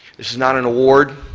this is not an award.